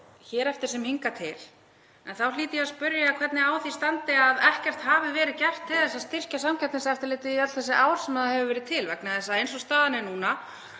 hér eftir sem hingað til en ég hlýt að spyrja hvernig á því standi að ekkert hafi verið gert til að styrkja Samkeppniseftirlitið í öll þessi ár sem það hefur verið til. Eins og staðan er núna